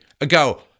ago